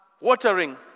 watering